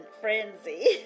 frenzy